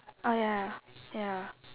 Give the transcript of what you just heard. oh ya ya